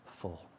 full